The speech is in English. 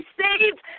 saved